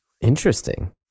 Interesting